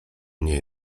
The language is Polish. nie